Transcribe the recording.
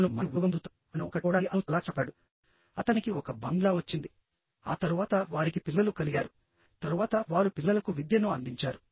అతను ఒక మంచి ఉద్యోగం పొందుతాడు ఆమెను ఆకట్టుకోవడానికి అతను చాలా కష్టపడతాడు అతనికి ఒక బంగ్లా వచ్చింది ఆ తరువాత వారికి పిల్లలు కలిగారు తరువాత వారు పిల్లలకు విద్యను అందించారు